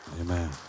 Amen